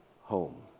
home